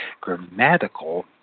grammatical